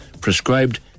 prescribed